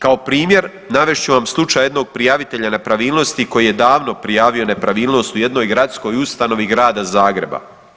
Kao primjer navest ću vam slučaj jednog prijavitelja nepravilnosti koji je davno prijavio nepravilnost u jednoj gradskoj ustanovi Grada Zagreba.